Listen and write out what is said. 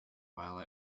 while